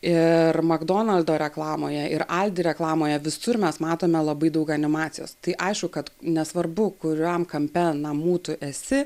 ir magdonaldo reklamoje ir aldi reklamoje visur mes matome labai daug animacijos tai aišku kad nesvarbu kuriam kampe namų tu esi